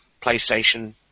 PlayStation